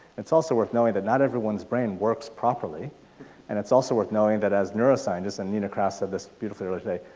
it's also worth knowing that not everyone's brain works properly and it's also worth knowing that as neuroscientists, and nina craft said this beautifully the other day,